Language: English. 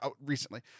recently